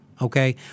Okay